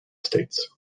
states